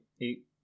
Eight